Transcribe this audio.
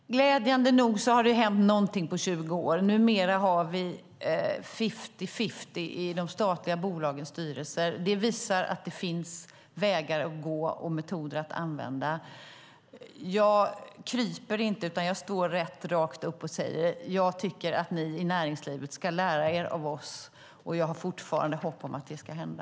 Herr talman! Glädjande nog har det ju hänt någonting på 20 år. Numera har vi fifty-fifty i de statliga bolagens styrelser. Det visar att det finns vägar att gå och metoder att använda. Jag kryper inte, utan jag står rakt upp och säger: Jag tycker att ni i näringslivet ska lära er av oss. Jag hyser fortfarande hopp om att det ska hända.